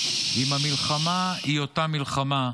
אם המלחמה היא אותה מלחמה,